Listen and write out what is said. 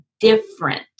different